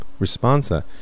responsa